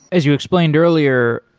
as you explained earlier,